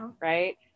right